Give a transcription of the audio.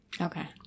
Okay